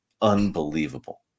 unbelievable